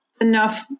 Enough